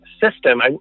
system